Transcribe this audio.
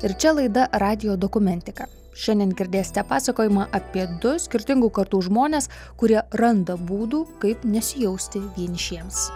ir čia laida radijo dokumentika šiandien girdėsite pasakojimą apie du skirtingų kartų žmones kurie randa būdų kaip nesijausti vienišiems